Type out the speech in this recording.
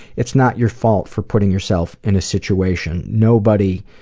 it's not your fault for putting yourself in a situation. nobody,